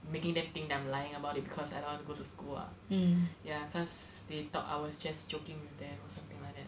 making them think that I'm lying about it because I don't want to go to school ah ya cause they thought I was just joking with them or something like